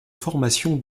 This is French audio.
formation